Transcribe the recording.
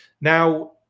Now